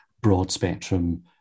broad-spectrum